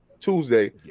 Tuesday